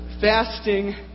Fasting